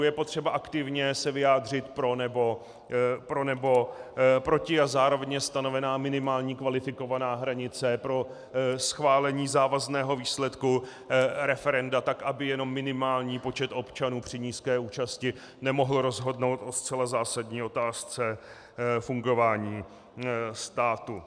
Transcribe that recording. Je potřeba se aktivně vyjádřit pro nebo proti a zároveň je stanovena minimální kvalifikovaná hranice pro schválení závazného výsledku referenda tak, aby jenom minimální počet občanů při nízké účasti nemohl rozhodnout o zcela zásadní otázce fungování státu.